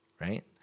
right